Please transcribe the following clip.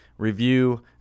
review